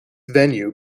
venue